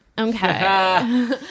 Okay